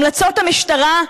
המלצות המשטרה,